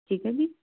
ਠੀਕ ਹੈ ਜੀ